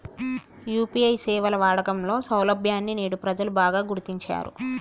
UPI సేవల వాడకంలో సౌలభ్యాన్ని నేడు ప్రజలు బాగా గుర్తించారు